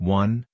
one